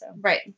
Right